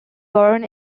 born